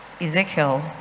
ezekiel